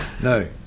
No